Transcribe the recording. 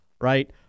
right